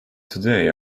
today